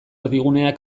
erdigunea